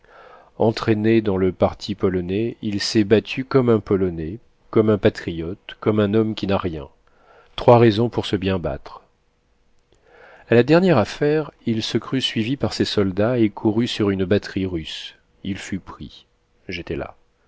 entraîné dans le parti polonais il s'est battu comme un polonais comme un patriote comme un homme qui n'a rien trois raisons pour se bien battre a la dernière affaire il se crut suivi par ses soldats et courut sur une batterie russe il fut pris j'étais là